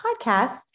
podcast